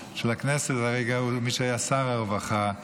כרגע הוא מי שהיה שר הרווחה,